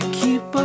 keep